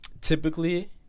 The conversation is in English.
Typically